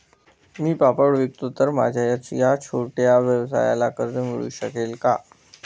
मी पापड विकतो तर माझ्या या छोट्या व्यवसायाला कर्ज मिळू शकेल का?